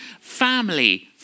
Family